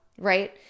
right